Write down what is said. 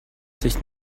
sich